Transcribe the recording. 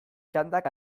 txandak